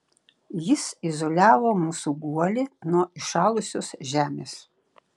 jis izoliavo mūsų guolį nuo įšalusios žemės